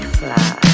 fly